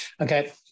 okay